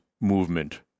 movement